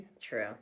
True